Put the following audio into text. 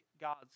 God's